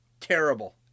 Terrible